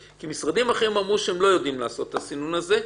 משרדים אחרים אמרו שהם לא יודעים לעשות את הסינון הזה,